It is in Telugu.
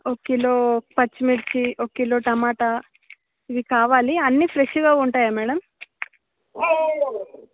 ఒక కిలో పచ్చిమిర్చి ఒక కిలో టమాటా ఇవి కావాలి అన్ని ఫ్రెష్గా ఉంటాయా మేడం